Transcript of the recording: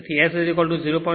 તેથી S0